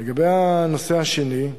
לגבי הנושא השני,